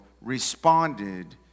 responded